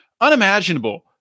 unimaginable